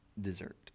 dessert